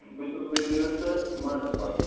بہٕ چھُس ونکیٚنس مانسبل حظ